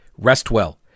Restwell